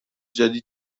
جدید